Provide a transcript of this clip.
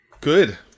Good